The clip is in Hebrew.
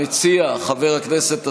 ועדת החוץ והביטחון.